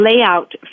layout